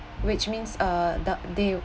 which means uh